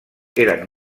eren